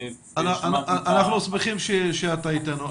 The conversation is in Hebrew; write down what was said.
אנחנו שמחים שאתה איתנו.